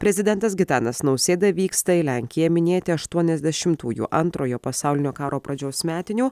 prezidentas gitanas nausėda vyksta į lenkiją minėti aštuoniasdešimųjų antrojo pasaulinio karo pradžios metinių